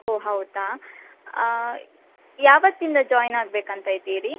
ಓ ಹೌದಾ ಯಾವತ್ತಿಂದ ಜಾಯಿನ್ ಆಗಬೇಕಂತ ಇದ್ದೀರಿ